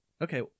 okay